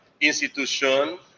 institution